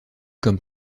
comme